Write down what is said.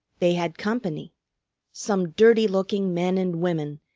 they had company some dirty-looking men and women,